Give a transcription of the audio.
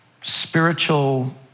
spiritual